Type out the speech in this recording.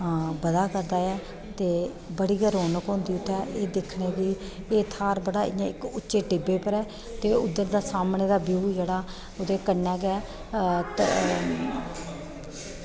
बधा करदा ऐ ते बड़ी गै रौनक होंदी उत्थै एह् दिक्खने दी एह् थाह्र बड़ा इ'यां इक उच्चे टिब्बै उप्पर ऐ ते उद्धर दा सामने दा व्यू जेह्ड़ा ओह्दे कन्नै गै